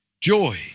Joy